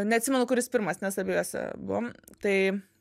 neatsimenu kuris pirmas nes abiejuose buvom tai